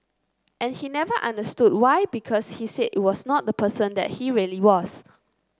and he never understood why because he said it was not the person that he really was